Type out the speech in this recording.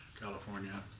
California